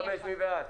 מי בעד